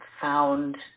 found